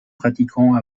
pratiquants